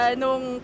nung